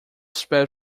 sped